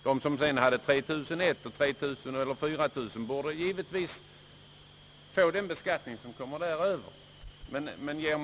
De som sedan har 3 100 eller 4 000 kronor borde givetvis få ta den beskattning som kommer över 3000 kronor.